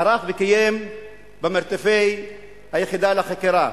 ערך וקיים במרתפי היחידה לחקירה.